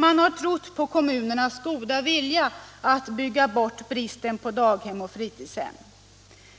Man har trott på kommunernas goda vilja att bygga bort bristen på daghem och fritidshem.